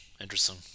Interesting